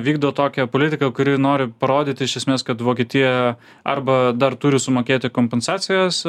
vykdo tokią politiką kuri nori parodyti iš esmės kad vokietija arba dar turi sumokėti kompensacijas